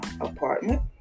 apartment